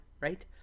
right